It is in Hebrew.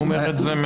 הוא אומר את זה מ